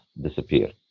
disappear